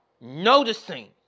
noticing